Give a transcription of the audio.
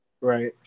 Right